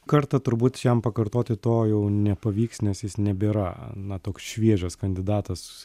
kartą turbūt jam pakartoti to jau nepavyks nes jis nebėra na toks šviežias kandidatas